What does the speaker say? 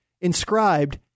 inscribed